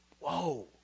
whoa